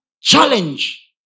challenge